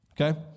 okay